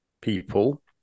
people